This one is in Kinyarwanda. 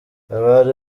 abari